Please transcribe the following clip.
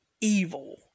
evil